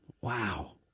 Wow